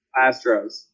Astros